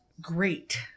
great